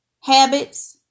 habits